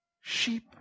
Sheep